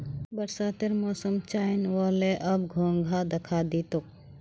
बरसातेर मौसम चनइ व ले, अब घोंघा दखा दी तोक